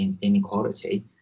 inequality